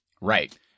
right